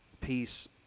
Peace